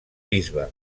bisbe